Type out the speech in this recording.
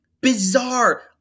bizarre